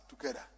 together